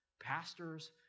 pastors